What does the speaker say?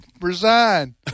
resign